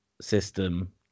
system